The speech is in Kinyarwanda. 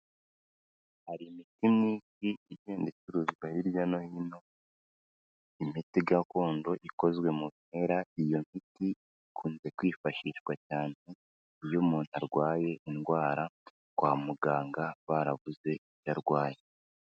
Hari imiti imwe n'imwe igenda ituzwa hirya no hino, imiti gakondo ikozwe mu bimera iyo miti ikunze kwifashishwa cyane iyo umuntu arwaye indwara kwa muganga barabuze icyo arwaye.